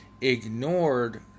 ignored